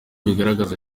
bigaragaza